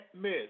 miss